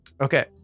okay